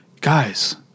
guys